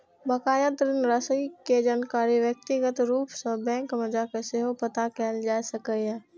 बकाया ऋण राशि के जानकारी व्यक्तिगत रूप सं बैंक मे जाके सेहो पता कैल जा सकैए